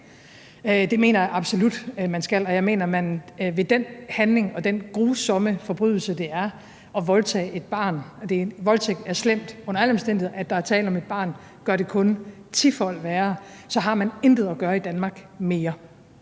det mener jeg absolut man skal. Jeg mener, at man ved den handling og den grusomme forbrydelse, det er at voldtage et barn – en voldtægt er under alle omstændigheder slemt, men at der er tale om et barn, gør det kun tifold værre – intet har at gøre i Danmark mere,